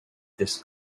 this